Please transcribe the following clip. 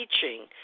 Teaching